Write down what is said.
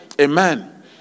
Amen